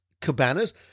Cabanas